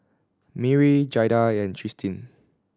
Merrie Jaida and Tristin